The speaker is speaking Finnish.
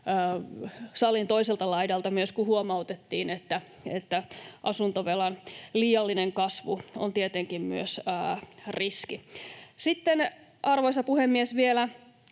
salin toiselta laidalta, kun huomautettiin, että myös asuntovelan liiallinen kasvu on tietenkin riski. Sitten, arvoisa puhemies, vielä